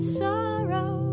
sorrow